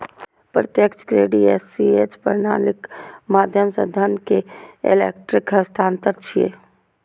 प्रत्यक्ष credit ACH प्रणालीक माध्यम सं धन के इलेक्ट्रिक हस्तांतरण छियै